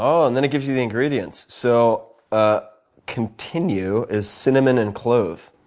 um and then it gives you the ingredients, so ah continue is cinnamon and clove.